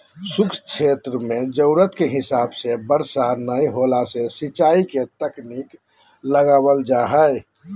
शुष्क क्षेत्र मे जरूरत के हिसाब से बरसा नय होला से सिंचाई के तकनीक लगावल जा हई